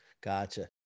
Gotcha